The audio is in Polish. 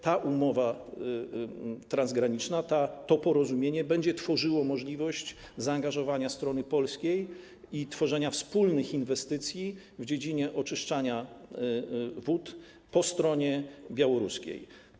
Ta umowa transgraniczna, to porozumienie, będzie tworzyła możliwość zaangażowania strony polskiej i tworzenia wspólnych inwestycji w dziedzinie oczyszczania wód po stronie białoruskiej.